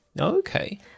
Okay